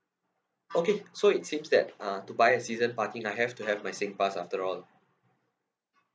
okay so it seems that uh to buy a season parking I have to have my singpass after all